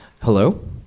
Hello